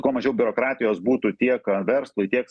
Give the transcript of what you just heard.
kuo mažiau biurokratijos būtų tiek verslui tiek